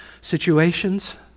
situations